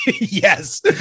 yes